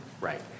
right